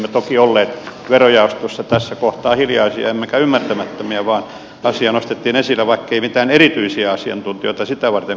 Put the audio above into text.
eli emme toki olleet verojaostossa tässä kohtaa hiljaisia emmekä ymmärtämättömiä vaan asia nostettiin esille vaikkei mitään erityisiä asiantuntijoita sitä varten kutsuttu